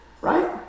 right